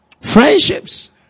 Friendships